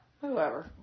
Whoever